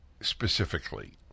specifically